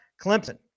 Clemson